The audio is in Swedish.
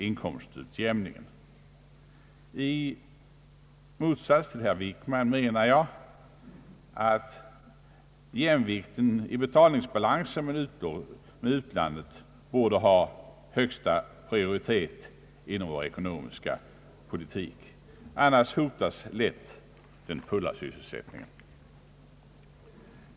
I motsats till statsrådet Wickman anser jag att jämvikten i betalningsbalansen med utlandet borde ha högsta prioritet inom vår ekonomiska politik. I annat fall hotas lätt den fulla sysselsättningen.